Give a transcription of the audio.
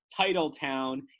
Titletown